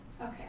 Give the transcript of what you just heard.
Okay